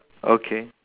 okay